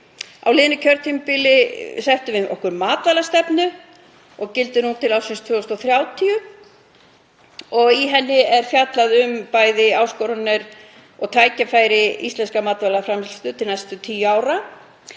Á liðnu kjörtímabili settum við okkur matvælastefnu og gildir hún til ársins 2030 og í henni er fjallað um bæði áskoranir og tækifæri íslenskrar matvælaframleiðslu til næstu tíu ára.